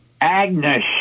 Agnes